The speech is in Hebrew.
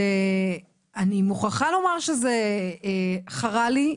אני מוכרחה לומר שזה חרה לי,